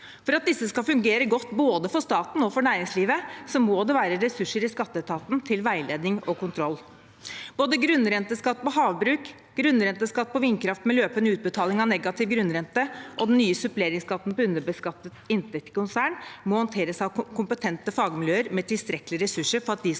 For at disse skal fungere godt både for staten og for næringslivet, må det være ressurser i skatteetaten til veiledning og kontroll. Både grunnrenteskatt på havbruk, grunnrenteskatt på vindkraft med løpende utbetaling av negativ grunnrente og den nye suppleringsskatten på underbeskattet inntekt i konsern må håndteres av kompetente fagmiljøer med tilstrekkelige ressurser for at de skal virke